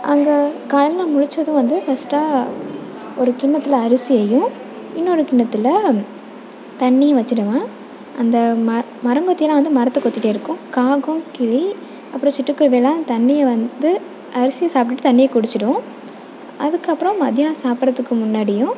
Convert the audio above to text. அங்கே காலையில முழிச்சதும் வந்து ஃபர்ஸ்ட்டாக ஒரு கிண்ணத்தில் அரிசியையும் இன்னோரு கிண்ணத்தில் தண்ணியும் வெச்சுடுவேன் அந்த ம மரங்கொத்தியலாம் வந்து மரத்தை கொத்திகிட்டே இருக்கும் காகம் கிளி அப்புறோம் சிட்டுக்குருவிலாம் தண்ணியை வந்து அரிசியை சாப்டுவிட்டு தண்ணியை குடிச்சிவிடும் அதுக்கப்புறோம் மதியம் சாப்படுறத்துக்கு முன்னாடியும்